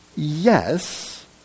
Yes